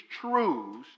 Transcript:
truths